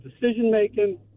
decision-making